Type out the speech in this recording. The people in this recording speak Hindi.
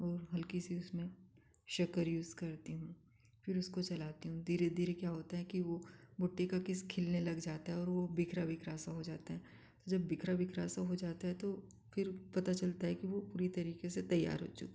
हल्की सी उसमे शक्कर यूज करती हूँ फ़िर उसको चलाती हूँ धीरे धीरे क्या होता है कि वह भुट्टे का किस खिलने लग जाता है और वह बिखरा बिखरा सा हो जाता है जब बिखरा बिखरा सा हो जाता है तो फ़िर पता चलता है कि वह पूरी तरीके से तैयार हो चुका है